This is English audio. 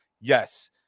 Yes